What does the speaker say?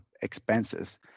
expenses